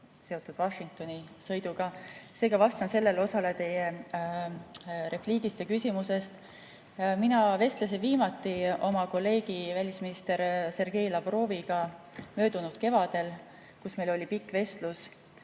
Washingtoni sõiduga. Seega vastan sellele osale teie repliigist ja küsimusest. Mina vestlesin viimati oma kolleegi, välisminister Sergei Lavroviga möödunud kevadel, kui meil oli pikk vestlus.